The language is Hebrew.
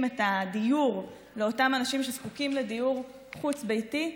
את הדיור לאותם אנשים שזקוקים לדיור חוץ-ביתי,